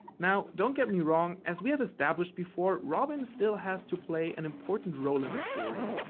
now don't get me wrong, as we have established before, robin still has to play an important role in the story.